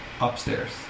upstairs